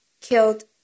killed